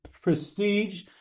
prestige